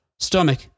Stomach